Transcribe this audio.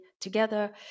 together